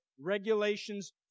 regulations